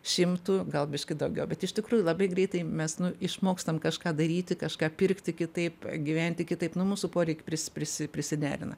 šimtu gal biškį daugiau bet iš tikrųjų labai greitai mes išmokstam kažką daryti kažką pirkti kitaip gyventi kitaip nu mūsų poreik pris prisi prisiderina